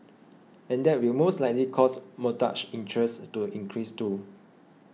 and that will most likely cause mortgage interest to increase too